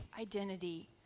identity